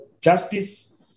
Justice